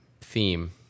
theme